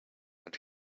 and